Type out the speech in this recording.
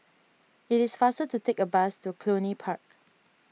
it is faster to take a bus to Cluny Park